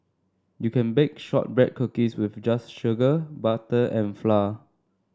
you can bake shortbread cookies just with sugar butter and flour